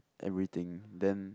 everything then